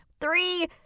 Three